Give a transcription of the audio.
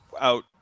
out